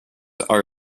are